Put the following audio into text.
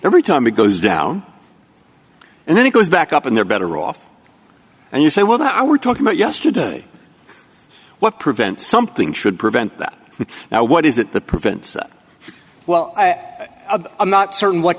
every time it goes down and then it goes back up and they're better off and you say well i were talking about yesterday what prevents something should prevent that now what is it that prevents well i'm not certain what